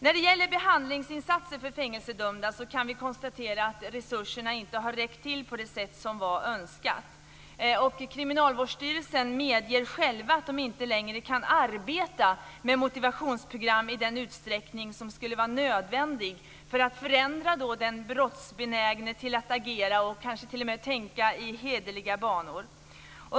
När det gäller behandlingsinsatser för fängelsedömda kan vi konstatera att resurserna inte har räckt till på det sätt som var önskat. Kriminalvårdsstyrelsen medger själv att man inte längre kan arbeta med motivationsprogram i den utsträckning som skulle vara nödvändigt för att förändra den brottsbenägne till att agera och kanske t.o.m. tänka i hederliga banor.